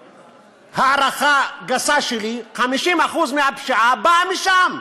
הערכה גסה שלי, 50% מהפשיעה באה משם.